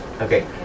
Okay